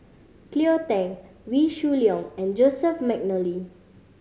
Cleo Thang Wee Shoo Leong and Joseph McNally